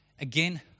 again